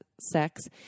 sex